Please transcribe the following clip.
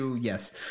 yes